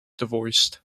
divorced